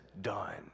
done